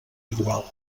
igual